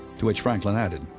to which franklin added,